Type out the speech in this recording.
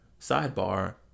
Sidebar